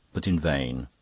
but in vain.